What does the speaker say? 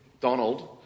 Donald